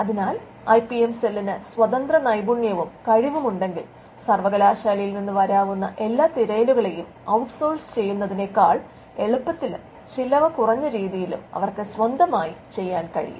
അതിനാൽ ഐപിഎം സെല്ലിന് സ്വതന്ത്ര നൈപുണ്യവും കഴിവും ഉണ്ടെങ്കിൽ സർവ്വകലാശാലയിൽ നിന്ന് വരാവുന്ന എല്ലാ തിരയലുകളെയും ഔട്ട്സോഴ്സ് ചെയ്യുന്നതിനെക്കാൾ എളുപ്പത്തിലും ചെലവുകുറഞ്ഞ രീതിയിലും അവർക്ക് സ്വന്തമായി ചെയ്യാൻ കഴിയും